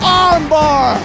armbar